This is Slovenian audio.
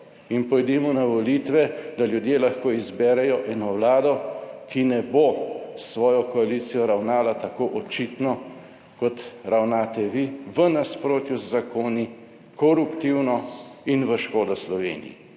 in pojdimo na volitve, da ljudje lahko izberejo eno vlado, ki ne bo s svojo koalicijo ravnala tako očitno kot ravnate vi, v nasprotju z zakoni, koruptivno, in v škodo Sloveniji.